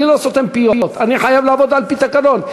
אני לא סותם פיות, אני חייב לעבוד על-פי התקנון.